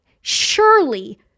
Surely